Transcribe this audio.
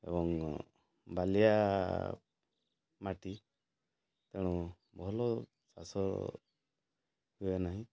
ଏବଂ ବାଲିଆ ମାଟି ତେଣୁ ଭଲ ଚାଷ ହୁଏ ନାହିଁ